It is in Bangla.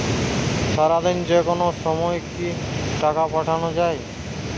সারাদিনে যেকোনো সময় কি টাকা পাঠানো য়ায়?